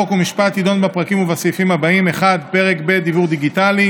חוק ומשפט תדון בפרקים ובסעיפים הבאים: 1. פרק ב' דיוור דיגיטלי,